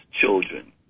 children